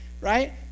Right